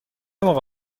موقع